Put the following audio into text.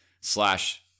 slash